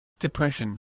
depression